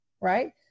Right